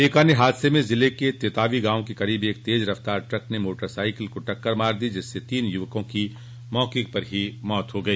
एक अन्य हादसे में ज़िले के तेतावी गांव के करीब एक तेज रफ़्तार ट्रक ने मोटरसाइकिल को टक्कर मार दी जिससे तीन युवकों की मौके पर ही मृत्यु हो गई